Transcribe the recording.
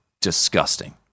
disgusting